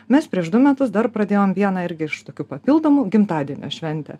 mes prieš du metus dar pradėjom vieną irgi iš tokių papildomų gimtadienio šventę